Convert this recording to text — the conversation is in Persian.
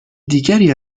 دیگری